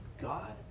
God